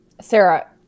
Sarah